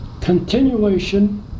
continuation